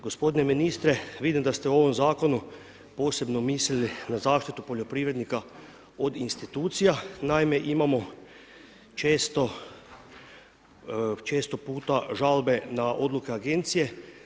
Gospodine ministre, vidim da ste u ovom zakonu posebno mislili na zaštitu poljoprivrednika od institucija, naime, imamo često puta žalbe na odluke agencije.